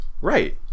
Right